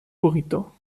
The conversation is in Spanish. purito